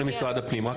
אני רק